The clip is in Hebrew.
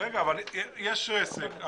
יש עסק.